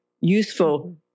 useful